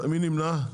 מי נמנע?